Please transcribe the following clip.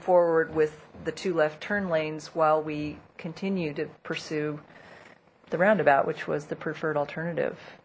forward with the to left turn lanes while we continue to pursue the roundabout which was the preferred alternative